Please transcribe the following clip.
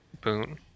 boon